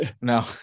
No